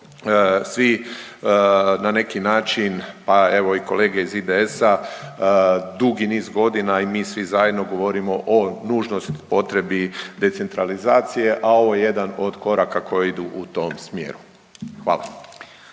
svi na neki način pa evo i kolege iz IDS-a dugi niz godina i mi svi zajedno govorimo o nužnosti, potrebi decentralizacije a ovo je jedan od koraka koji idu u tom smjeru. Hvala.